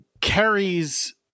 carries